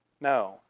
No